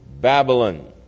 Babylon